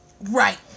Right